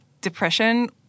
depression